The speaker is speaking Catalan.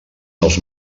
dels